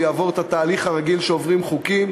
הוא יעבור את התהליך הרגיל שעוברים חוקים,